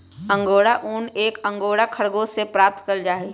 angora ऊन एक angora खरगोश से प्राप्त कइल जाहई